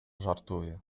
żartuje